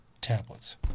tablets